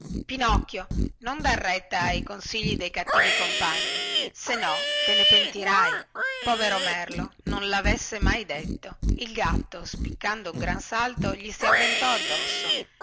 pinocchio non dar retta ai consigli dei cattivi compagni se no te ne pentirai povero merlo non lavesse mai detto il gatto spiccando un gran salto gli si avventò addosso